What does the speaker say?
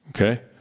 Okay